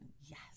yes